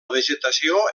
vegetació